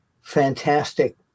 fantastic